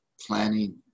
planning